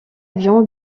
avion